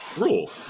rule